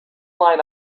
line